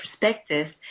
perspectives